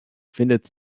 findet